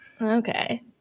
Okay